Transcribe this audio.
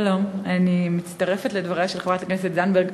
שלום, אני מצטרפת לדבריה של חברת הכנסת זנדברג.